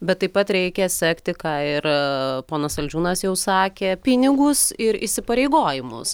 bet taip pat reikia sekti ką ir ponas saldžiūnas jau sakė pinigus ir įsipareigojimus